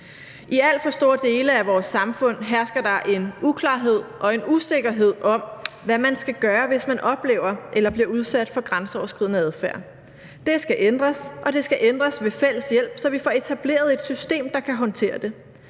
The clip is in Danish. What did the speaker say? I alt for store dele af vores samfund hersker der en uklarhed og en usikkerhed om, hvad man skal gøre, hvis man oplever eller bliver udsat for grænseoverskridende adfærd. Det skal ændres, og det skal ændres ved fælles hjælp, så vi får etableret et system, der kan håndtere det.